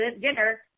dinner